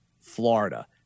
Florida